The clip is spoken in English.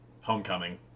Homecoming